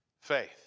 faith